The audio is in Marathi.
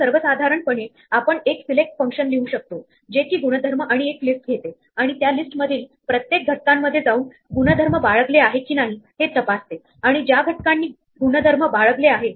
जे एलिमेंट विषम नंबर मध्ये आहेत पण प्राईम नाहीत असा सेट मधील फरक विचारला आहे म्हणजेच दुसऱ्या शब्दात ज्या संख्या विषम आहेत पण मूळ संख्या नाहीत